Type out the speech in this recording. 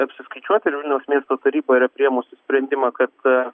apsiskaičiuoti ir vilniaus miesto taryba yra priėmusi sprendimą kad